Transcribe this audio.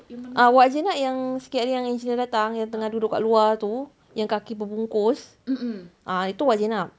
ah wak jenab yang sikit hari yang angelina datang yang tengah duduk dekat luar tu yang kaki berbungkus ah wak jenab